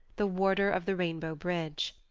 the warder of the rainbow bridge.